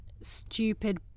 stupid